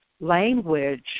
language